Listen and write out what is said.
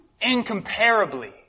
incomparably